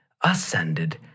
ascended